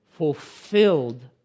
fulfilled